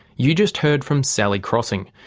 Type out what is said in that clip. you just heard from sally crossing,